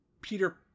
Peter